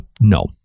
No